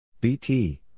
BT